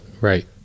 Right